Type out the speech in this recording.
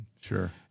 Sure